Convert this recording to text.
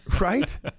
Right